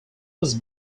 was